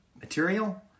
material